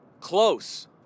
close